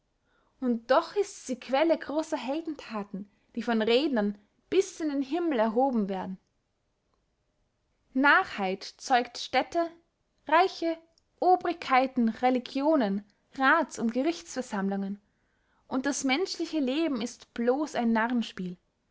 und doch ists die quelle großer heldenthaten die von rednern bis in den himmel erhoben werden narrheit zeugt städte reiche obrigkeiten religionen rathsund gerichtsversammlungen und das menschliche leben ist blos ein